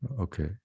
Okay